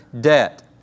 debt